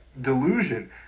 delusion